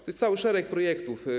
To jest cały szereg projektów.